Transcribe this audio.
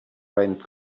rent